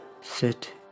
sit